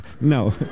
No